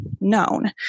known